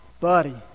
buddy